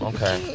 Okay